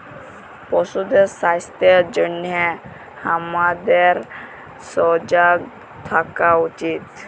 পশুদের স্বাস্থ্যের জনহে হামাদের সজাগ থাকা উচিত